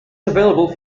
available